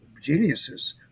geniuses